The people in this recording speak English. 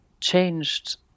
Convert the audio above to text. changed